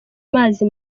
mazi